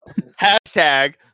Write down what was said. hashtag